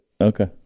Okay